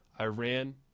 Iran